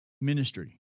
ministry